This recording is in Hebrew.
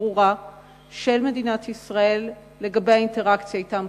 ברורה של מדינת ישראל לגבי האינטראקציה אתם,